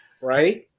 Right